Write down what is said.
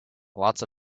lots